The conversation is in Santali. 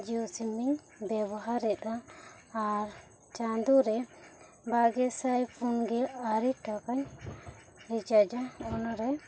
ᱡᱤᱳᱚ ᱥᱤᱢᱤᱧ ᱵᱮᱣᱦᱟᱨ ᱮᱫᱟ ᱟᱨ ᱪᱟᱸᱫᱳ ᱨᱮ ᱵᱟᱨ ᱜᱮᱥᱟᱭ ᱯᱚᱱᱜᱮᱞ ᱟᱨᱮ ᱴᱟᱠᱟᱧ ᱨᱤᱪᱟᱨᱡᱟ ᱚᱱᱟ ᱨᱮ